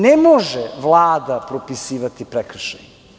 Ne može Vlada propisivati prekršaje.